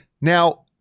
Now